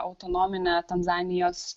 autonominė tanzanijos